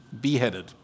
beheaded